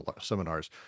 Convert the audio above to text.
seminars